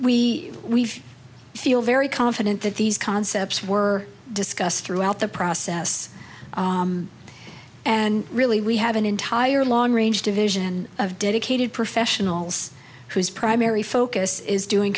we've feel very confident that these concepts were discussed throughout the process and really we have an entire long range division of dedicated professionals whose primary focus is doing